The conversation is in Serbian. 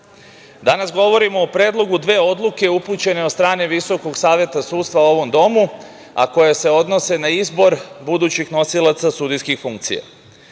danas govorimo o predlogu dve odluke upućene od strane Visokog saveta sudstva ovom domu, a koje se odnose na izbor budućih nosilaca sudijskih funkcija.S